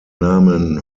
namen